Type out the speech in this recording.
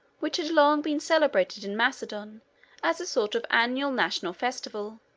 which had long been celebrated in macedon as a sort of annual national festival.